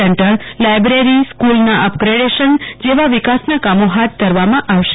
centre library સ્કુલના upgradation જેવા વિકાસના કામો હાથ ધરવામાં આવશે